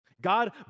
God